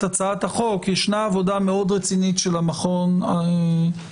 הצעת החוק יש עבודה מאוד רצינית של המכון הישראלי